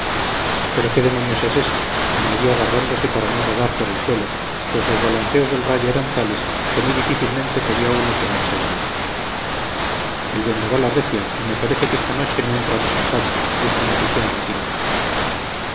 pero qué demonios es esto añadió agarrándose para no rodar por el suelo pues los balanceos del rayo eran tales que muy difícilmente podía uno tenerse derecho el vendaval arrecia y me parece que esta noche no entramos en cádiz dijo un oficial retirándose